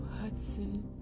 Hudson